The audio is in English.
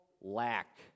lack